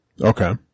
Okay